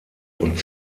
und